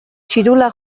txirula